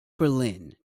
berlin